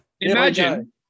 Imagine